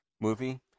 movie